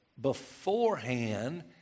beforehand